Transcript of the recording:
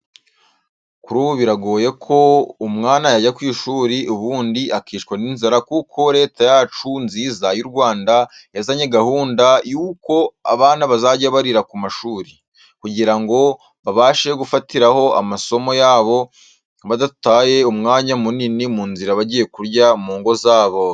Kuri ubu biragoye ko umwana yajya ku ishuri ubundi akicwa n'inzara kuko Leta yacu nziza y'u Rwanda yazanye gahunda yuko abana bazajya barira ku mashuri, kugira ngo babashe gufatiraho amasomo yabo badataye umwanya munini mu nzira bagiye kurya mu ngo zabo.